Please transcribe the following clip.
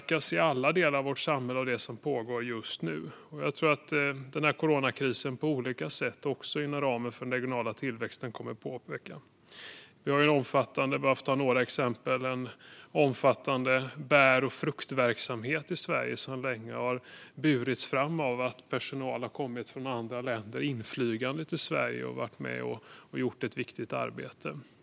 Alla delar av vårt samhälle påverkas av det som pågår just nu. Jag tror att coronakrisen även kommer att påverka den regionala tillväxten på olika sätt. Bara för att ta några exempel har vi en omfattande bär och fruktverksamhet i Sverige som länge har burits fram av att personal har kommit inflygande till Sverige från andra länder och varit med och gjort ett viktigt arbete.